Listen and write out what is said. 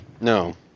No